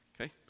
Okay